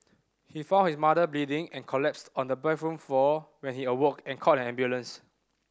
he found his mother bleeding and collapsed on the bathroom floor when he awoke and called an ambulance